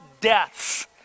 deaths